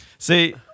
See